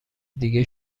دیگه